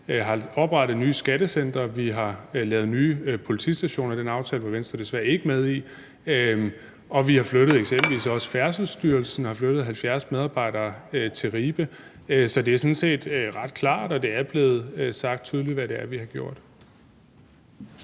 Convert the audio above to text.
Vi har oprettet nye skattecentre, vi har lavet nye politistationer – den aftale var Venstre desværre ikke med i – og vi har eksempelvis også flyttet Færdselsstyrelsen og altså flyttet 70 medarbejdere til Ribe. Så det er sådan set ret klart, og det er blevet sagt tydeligt, hvad vi har gjort.